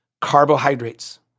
carbohydrates